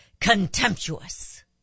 contemptuous